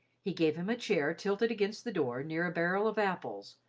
he gave him a chair tilted against the door, near a barrel of apples,